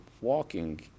walking